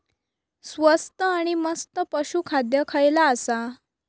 स्वस्त आणि मस्त पशू खाद्य खयला आसा?